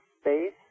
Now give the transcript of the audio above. space